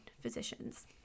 physicians